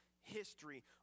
history